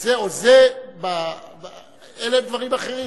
לזה או זה, אלה הם דברים אחרים.